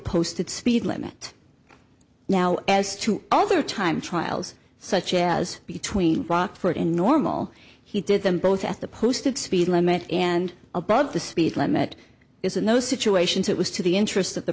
posted speed limit now as two other time trials such as between rockford and normal he did them both at the posted speed limit and above the speed limit is in those situations it was to the interest of the